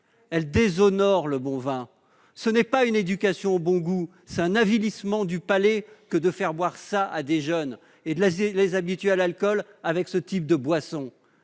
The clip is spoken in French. qu'est le bon vin. Ce n'est pas une éducation au bon goût, c'est un avilissement du palais que de faire boire ces produits à des jeunes et de les habituer à l'alcool avec ce type de boissons.